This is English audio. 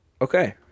Okay